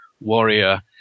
warrior